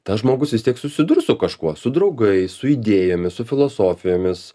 tas žmogus vis tiek susidurs su kažkuo su draugais su idėjomis su filosofijomis